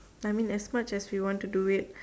I mean as much as you want to do it